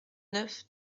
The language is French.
neuf